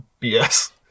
BS